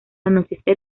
anochecer